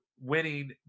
winning